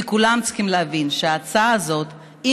כי כולם צריכים להבין שההצעה הזאת היא